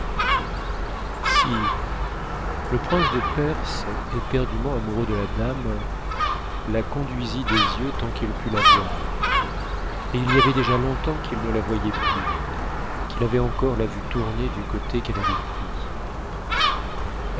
sire le prince de perse éperdument amoureux de la dame la conduisit des yeux tant qu'il put la voir et il y avait déjà longtemps qu'il ne la voyait plus qu'il avait encore a ue tournée du côté qu'elle avait pris